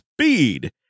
speed